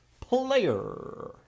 player